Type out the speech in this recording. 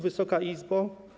Wysoka Izbo!